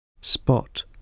Spot